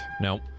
Nope